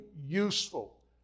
useful